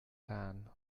tan